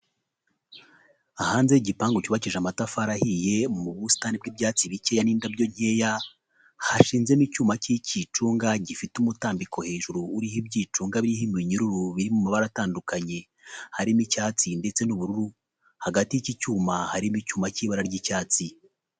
Hanze y'igipangu cyubakije amatafari ahiye mu busitani bw'ibyatsi bikeya n'indabyo nkeya hashinzemo icyuma k'ikicunga gifite umutambiko hejuru uriho ibyicunga biriho iminyururu biri mu mabara atandukanye, harimo icyatsi ndetse n'ubururu, hagati y'iki cyuma harimo icyuma k'ibara ry'icyatsi.